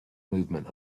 movement